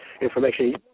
information